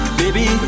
baby